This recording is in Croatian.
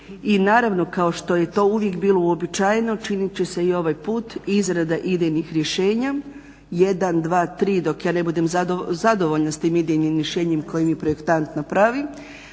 i naravno kao što je to uvijek bilo uobičajeno, činit će se i ovaj put, izrada idejnih rješenja 1,2,3, dok ja ne budem zadovoljna s tim idejnim rješenjem koje mi projektant napravi.